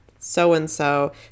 so-and-so